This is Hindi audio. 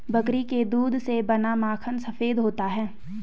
बकरी के दूध से बना माखन सफेद होता है